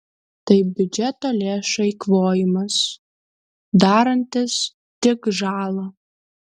tai biudžeto lėšų eikvojimas darantis tik žalą